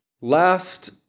last